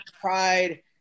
pride